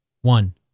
one